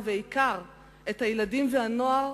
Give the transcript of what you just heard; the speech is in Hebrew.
ובעיקר את הילדים והנוער,